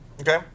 Okay